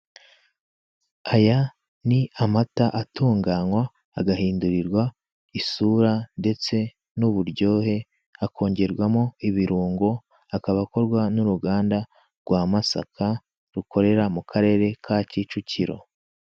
Aya ni amata atunganywa, agahindurirwa isura ndetse n'uburyohe, akongerwamo ibirungo, akaba akorwa n'uruganda rwa Masaka, rukorera mu karere ka Kicukiro.